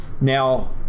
Now